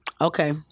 Okay